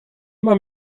mam